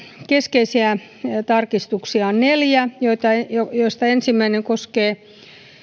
keskeisiä tarkistuksia on neljä joista joista ensimmäinen koskee